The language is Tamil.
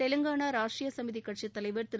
தெலுங்கானா ராஷ்ட்ரிய சமிதி கட்சித் தலைவா் திரு